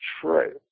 true